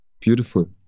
beautiful